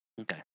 Okay